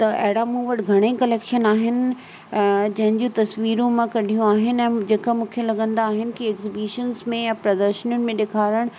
त अहिड़ा मूं वटि घणेई कलेक्शन आहिनि जंहिं जूं तस्वीरूं मां कढियूं आहिनि ऐं जेका मूंखे लॻंदा आहिनि कि एग्ज़बिशन्स में यां प्रदर्शनियुनि में ॾेखारण